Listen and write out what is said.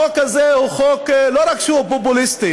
החוק הזה, לא רק שהוא פופוליסטי,